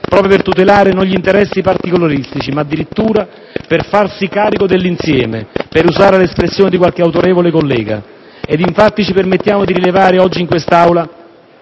proprio per tutelare non gli interessi particolaristici, ma addirittura per «farsi carico dell'insieme», per usare l'espressione di qualche autorevole collega. Ed, infatti, ci permettiamo di rilevare, oggi, in quest'Aula,